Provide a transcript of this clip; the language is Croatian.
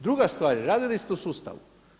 Druga stvar je, radili ste u sustavu.